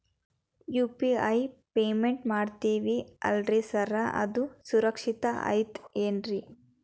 ಈ UPI payment ಮಾಡ್ತೇವಿ ಅಲ್ರಿ ಸಾರ್ ಅದು ಸುರಕ್ಷಿತ್ ಐತ್ ಏನ್ರಿ?